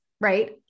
right